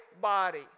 body